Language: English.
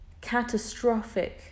catastrophic